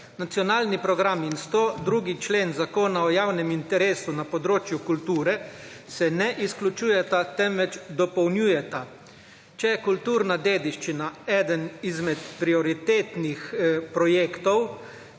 Nacionalni program in 102. člen Zakona o javnem interesu na področju kulture se ne izključujeta, temveč dopolnjujeta. Če je kulturna dediščina eden izmed prioritetnih projektov,